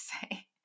say